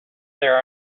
there